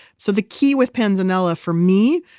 so the key with panzanella, for me,